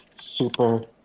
super